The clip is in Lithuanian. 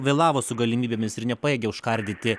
vėlavo su galimybėmis ir nepajėgė užkardyti